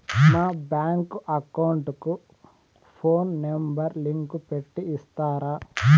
మా bank account కు phone number link పెట్టి ఇస్తారా?